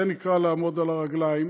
זה נקרא לעמוד על הרגליים,